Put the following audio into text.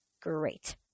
Great